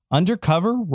Undercover